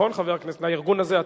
והבריאות.